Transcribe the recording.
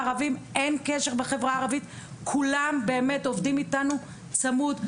ערבים בחברה הערבית כולם עובדים איתנו צמוד.